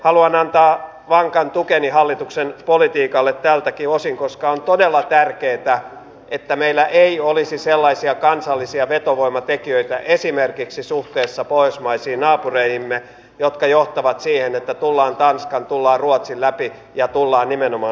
haluan antaa vankan tukeni hallituksen politiikalle tältäkin osin koska on todella tärkeätä että meillä ei olisi sellaisia kansallisia vetovoimatekijöitä esimerkiksi suhteessa pohjoismaisiin naapureihimme jotka johtavat siihen että tullaan tanskan ja tullaan ruotsin läpi ja tullaan nimenomaan suomeen